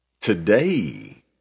today